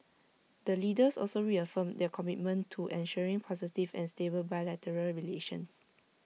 the leaders also reaffirmed their commitment to ensuring positive and stable bilateral relations